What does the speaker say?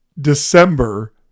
December